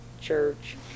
church